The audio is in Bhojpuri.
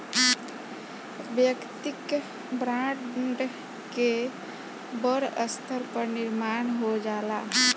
वैयक्तिक ब्रांड के बड़ स्तर पर निर्माण हो जाला